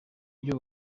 byo